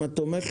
אם את תומכת,